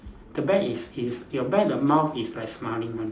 the bear is is your bear the mouth is like smiling one right